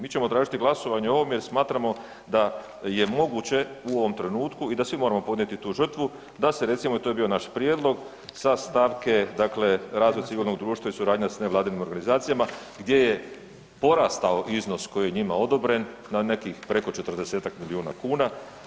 Mi ćemo tražiti glasovanje o ovome jer smatramo da je moguće u ovom trenutku i da svi moramo podnijeti tu žrtvu da se recimo i to je bio naš prijedlog sa stavke razvoj civilnog društva i suradnja s nevladinim organizacijama gdje je porastao iznos koji je njima odobren na nekih preko 40-ak milijuna kuna.